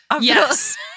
Yes